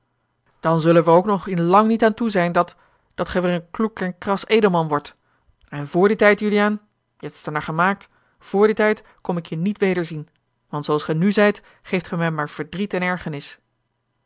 dan zullen wij er ook nog in lang niet aan toe zijn dat dat gij weêr een kloek en kras edelman wordt en vr dien tijd juliaan je hebt het er naar gemaakt vr dien tijd kom ik je niet weder zien want zooals gij nu zijt geeft ge mij maar verdriet en ergernis